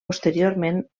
posteriorment